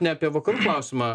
ne apie vakarų klausimą